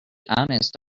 honest